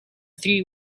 three